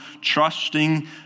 trusting